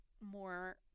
more